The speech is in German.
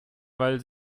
weil